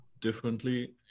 differently